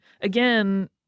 again